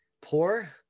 Poor